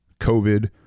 COVID